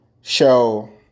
show